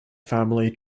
family